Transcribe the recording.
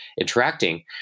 interacting